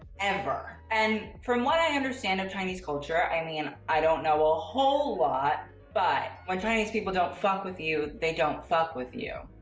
ever. and, from what i understand of chinese culture i mean, i don't know a whole lot, but when chinese people don't fuck with you they don't fuck with you.